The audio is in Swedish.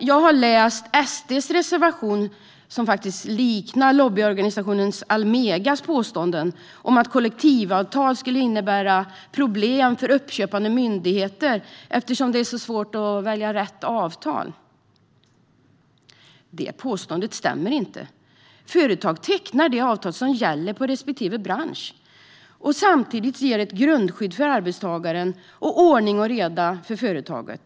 Jag har läst SD:s reservation, som faktiskt liknar lobbyorganisationen Almegas påståenden om att kollektivavtal skulle innebära problem för uppköpande myndigheter, eftersom det är så svårt att välja rätt avtal. Detta påstående stämmer inte. Företag tecknar det avtal som gäller i respektive bransch och samtidigt ger ett grundskydd för arbetstagaren och ordning och reda för företaget.